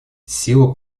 сила